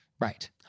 Right